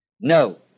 No